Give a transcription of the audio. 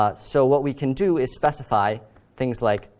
ah so what we can do is specify things like,